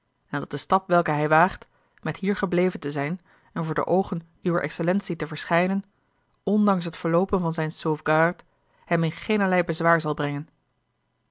en dat de stap welken hij waagt met hier gebleven te zijn en voor de oogen uwer excellentie te verschijnen ondanks het verloopen van zijne sauvegarde hem in geenerlei bezwaar zal brengen